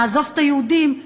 נעזוב את היהודים,